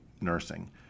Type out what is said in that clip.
nursing